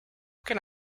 can